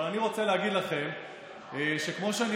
אבל אני רוצה להגיד לכם שכמו שאני